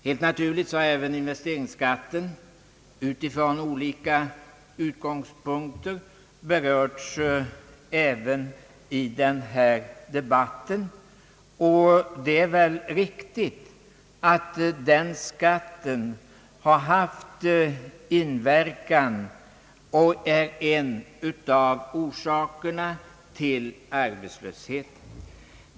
Helt naturligt har investeringsskatten berörts från olika utgångspunkter även i den här debatten. Det torde vara riktigt att den skatten inverkat och är en av orsakerna till arbetslösheten.